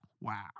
wow